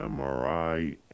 MRI